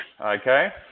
Okay